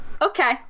Okay